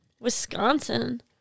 Wisconsin